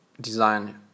design